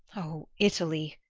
oh, italy,